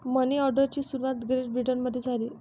मनी ऑर्डरची सुरुवात ग्रेट ब्रिटनमध्ये झाली